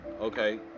okay